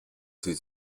sie